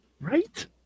Right